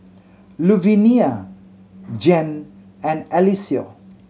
Luvinia Jan and Eliseo